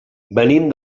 venim